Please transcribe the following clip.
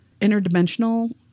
Interdimensional